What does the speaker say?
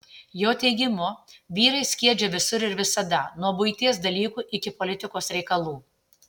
jo teigimu vyrai skiedžia visur ir visada nuo buities dalykų iki politikos reikalų